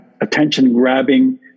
attention-grabbing